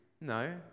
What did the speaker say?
No